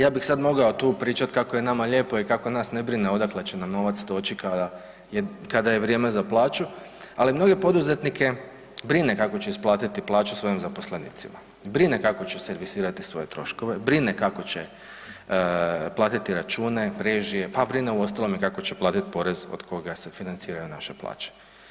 Ja bih sad mogao tu pričat kako je nama lijepo i kako nas ne brine odakle će nam novac doći kada je, kada je vrijeme za plaću, ali mnoge poduzetnike brine kako će isplatiti plaću svojim zaposlenicima, brine kako će servisirati svoje troškove, brine kako će platiti račune, režije, pa brine uostalom i kako će platit porez od koga se financiraju naše plaće.